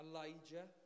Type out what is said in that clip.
Elijah